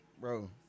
bro